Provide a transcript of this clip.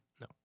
No